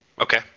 Okay